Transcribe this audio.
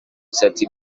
sat